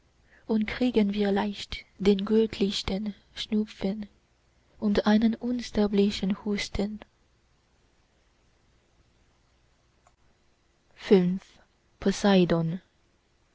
und kriegen wir leicht den göttlichsten schnupfen und einen unsterblichen husten